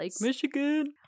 Michigan